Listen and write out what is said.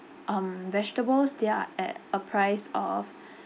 um vegetables they are at a price of